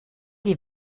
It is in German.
die